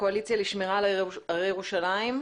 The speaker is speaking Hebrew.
הקואליציה לשמירה על הרי ירושלים.